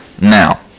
Now